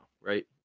right